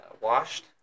washed